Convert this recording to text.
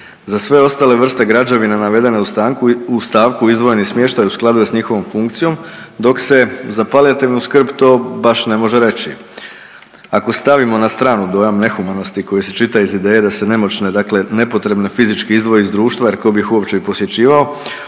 Za sve ostale vrste građevina navedene u stavku izdvojeni smještaj u skladu je sa njihovom funkcijom dok se za palijativnu skrb to baš ne može reći. Ako stavimo na stranu dojam nehumanosti koji se čita iz ideje da se nemoćne, dakle nepotrebne fizički izdvoji iz društva rekao bih uopće i posjećivao